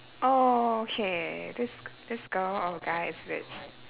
okay this g~ this girl or guy is rich